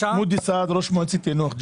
ראש מועצת יאנוח ג'ת.